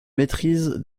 maîtrise